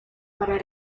para